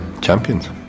champions